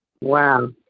Wow